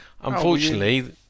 Unfortunately